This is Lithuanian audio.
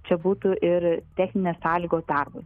čia būtų ir techninės sąlygos darbui